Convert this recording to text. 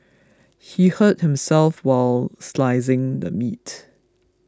he hurt himself while slicing the meat